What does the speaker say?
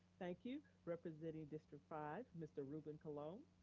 thank you. representing district five, mr. ruben colon.